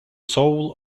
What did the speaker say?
soul